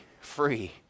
free